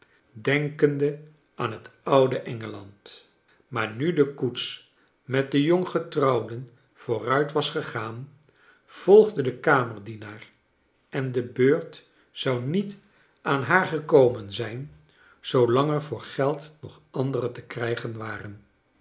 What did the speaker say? denkende aan het oude engeland maar nu de koets met de jonggetrouwden vooruit was gegaan volgde de kamerdienaar en de beurt zou niet aan haar gekomen zijn zoo lang er voor geld nag anderen te krijgen waren